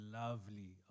lovely